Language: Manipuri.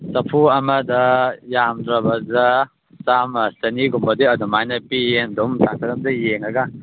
ꯆꯐꯨ ꯑꯃꯗ ꯌꯥꯝꯗ꯭ꯔꯕꯗ ꯆꯥꯝꯃ ꯆꯅꯤꯒꯨꯝꯕꯗꯤ ꯑꯗꯨꯃꯥꯏꯅ ꯄꯤꯌꯦ ꯑꯗꯨꯝ ꯆꯥꯡꯆꯠ ꯑꯃꯗ ꯌꯦꯡꯉꯒ